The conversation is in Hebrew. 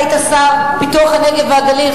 אתה היית שר לפיתוח הנגב והגליל,